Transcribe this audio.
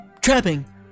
trapping